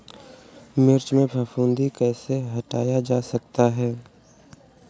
मिर्च में फफूंदी कैसे हटाया जा सकता है?